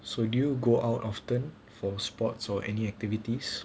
so do you go out often for sports or any activities